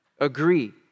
Agree